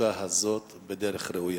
המצוקה הזאת בדרך ראויה.